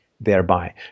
thereby